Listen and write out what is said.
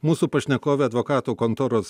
mūsų pašnekovė advokatų kontoros